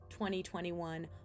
2021